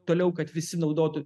toliau kad visi naudotų